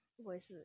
我也是